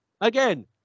Again